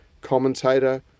commentator